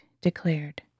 declared